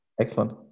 excellent